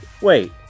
Wait